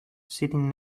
sitting